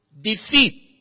Defeat